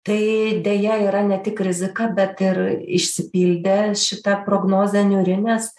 tai deja yra ne tik rizika bet ir išsipildė šita prognozė niūri nes